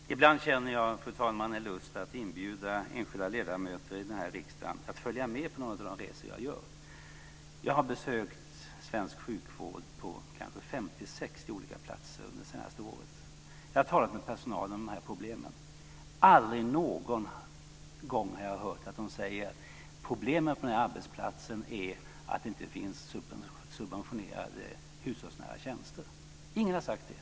Fru talman! Ibland känner jag en lust att inbjuda enskilda ledamöter i den här riksdagen till att följa med på några av de resor som jag gör. Jag har besökt svensk sjukvård på kanske 50-60 olika platser under det senaste året. Jag har talat med personalen om de här problemen. Inte någon gång har jag hört att man säger: Problemet med den här arbetsplatsen är att det inte finns subventionerade hushållsnära tjänster. Ingen har sagt det.